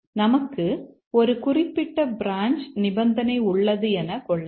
நமக்கு ஒரு குறிப்பிட்ட பிரான்ச் நிபந்தனை உள்ளது என கொள்ளலாம்